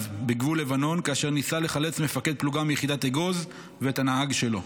בגבול לבנון כאשר ניסה לחלץ מפקד פלוגה מיחידת אגוז ואת הנהג שלו,